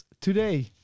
today